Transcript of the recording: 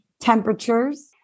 temperatures